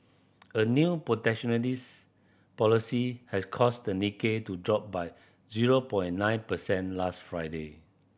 a new protectionist policy has caused the Nikkei to drop by zero point nine percent last Friday